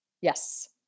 Yes